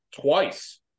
twice